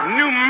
new